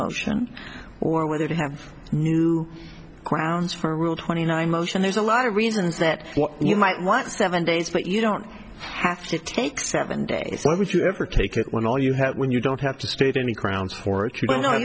motion or whether to have new grounds for rule twenty nine motion there's a lot of reasons that what you might want seven days but you don't have to take seven days so if you ever take it when all you have when you don't have to state any grounds for